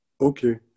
Okay